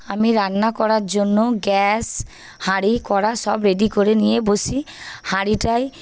আমি রান্না করার জন্য গ্যাস হাঁড়ি কড়া সব রেডি করে নিয়ে বসি হাঁড়িটাই